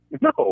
No